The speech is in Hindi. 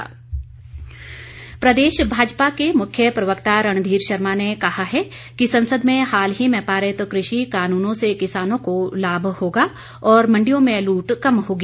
रणधीर शर्मा प्रदेश भाजपा के मुख्य प्रवक्ता रणधीर शर्मा ने कहा है कि संसद में हाल ही में पारित कृषि कानूनों से किसानों को लाभ होगा और मंडियों में लूट कम होगी